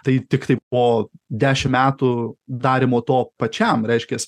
tai tiktai po dešim metų darymo to pačiam reiškias